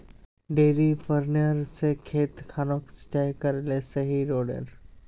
डिरिपयंऋ से खेत खानोक सिंचाई करले सही रोडेर?